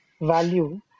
Value